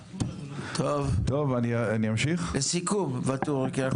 טוב לסיכום ואטורי כי אנחנו בסוף.